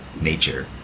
nature